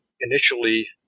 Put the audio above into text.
initially